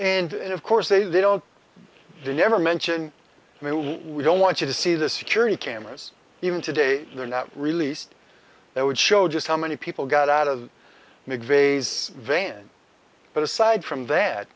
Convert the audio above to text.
and of course they they don't they never mention i mean we don't want you to see the security cameras even today they're not released that would show just how many people got out of mcveigh's van but aside from that